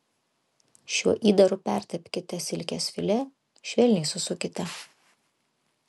šiuo įdaru pertepkite silkės filė švelniai susukite